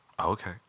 Okay